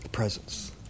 Presence